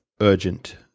urgent